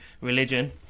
religion